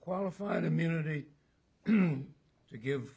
qualified immunity to give